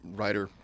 writer